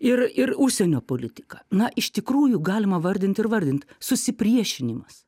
ir ir užsienio politika na iš tikrųjų galima vardint ir vardint susipriešinimas